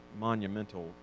monumental